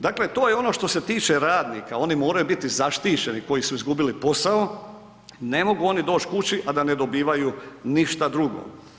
Dakle to je ono što se tiče radnika, oni moraju biti zaštićeni koji su izgubili posao, ne mogu oni doć' kući a da ne dobivaju ništa drugo.